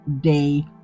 day